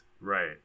right